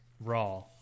Raw